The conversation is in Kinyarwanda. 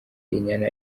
inyana